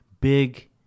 big